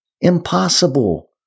Impossible